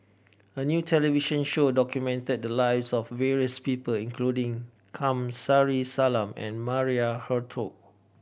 a new television show documented the lives of various people including Kamsari Salam and Maria Hertogh